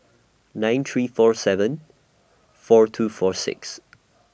nine three four seven four two four six